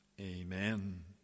Amen